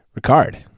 Ricard